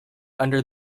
under